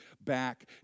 back